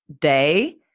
day